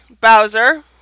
Bowser